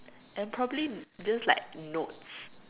and probably just like notes